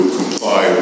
comply